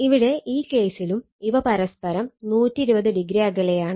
ഇവിടെ ഈ കേസിലും ഇവ പരസ്പരം 120o അകലെയാണ്